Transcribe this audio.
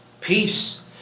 peace